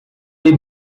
les